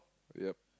yup